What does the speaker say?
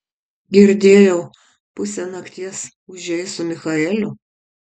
girdėjau pusę nakties ūžei su michaeliu